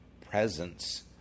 presence